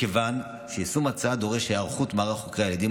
מכיוון שיישום ההצעה דורש היערכות מערך חוקרי הילדים,